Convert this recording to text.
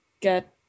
get